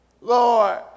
Lord